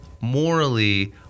Morally